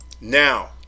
now